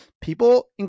People